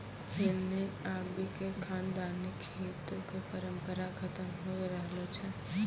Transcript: हिन्ने आबि क खानदानी खेतो कॅ परम्परा खतम होय रहलो छै